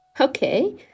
Okay